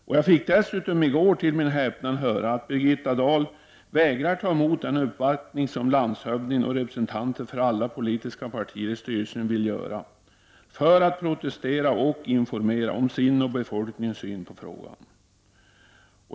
Dessutom fick jag i går till min häpnad höra att Birgitta Dahl vägrar ta emot den uppvaktning som landshövdingen och representanter för alla politiska partier i styrelsen vill göra för att protestera och informera om sin och befolkningens syn på frågan.